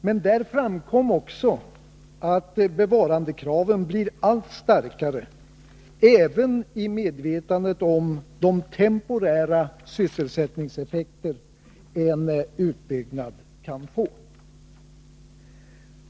Vidare visade det sig att bevarandekraven blir allt starkare även i medvetandet om de temporära sysselsättningseffekter som en utbyggnad kan få.